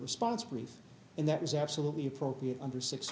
response brief and that is absolutely appropriate under six